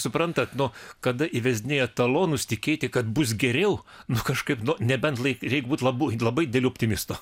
suprantat nu kada įvesdinėja talonus tikėti kad bus geriau nu kažkaip nu nebent reik reik būti labai labai dideliu optimistu